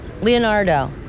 Leonardo